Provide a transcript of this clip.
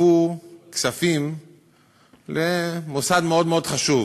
עיכבו כספים למוסד מאוד חשוב,